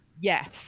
Yes